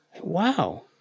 Wow